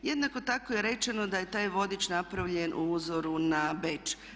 Jednako tako je rečeno da je taj vodič napravljen po uzoru na Beč.